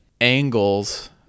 angles